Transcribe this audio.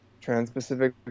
trans-pacific